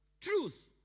Truth